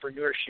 entrepreneurship